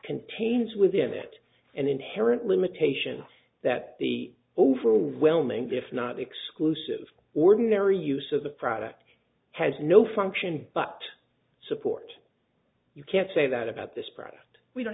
contains within it and inherent limitation that the overwhelming if not exclusive ordinary use of the product has no function but support you can't say that about this product we don't